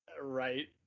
Right